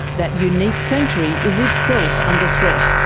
that unique sanctuary is itself under threat,